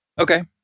Okay